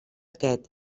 aquest